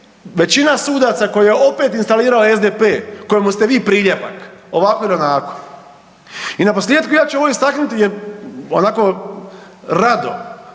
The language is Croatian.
većina sudaca koja je opet instalirala SDP-e kojemu ste vi priljepak ovako ili onako. I na posljetku ja ću ovo istaknuti jer onako rado